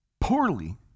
poorly